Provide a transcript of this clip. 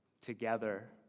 together